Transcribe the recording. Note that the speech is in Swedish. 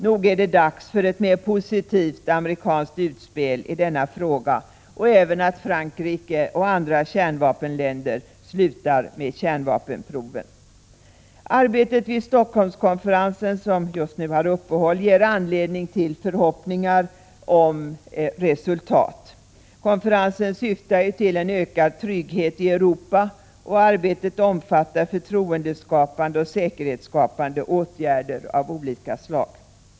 Nog är det dags för ett mer positivt amerikanskt utspel i denna fråga och även att Frankrike och andra kärnvapenländer slutar med kärnvapenproven. Arbetet vid Helsingforsskonferensen, som just nu har uppehåll, ger anledning till förhoppningar om resultat. Konferensen syftar till en ökad trygghet i Europa, och arbetet omfattar förtroendeskapande och säkerhetsskapande åtgärder av olika slag.